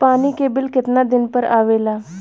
पानी के बिल केतना दिन पर आबे ला?